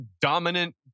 dominant